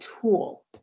tool